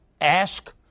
ask